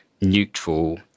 neutral